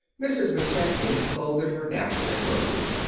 mrs. mcchesney folded her napkin and rose.